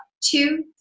two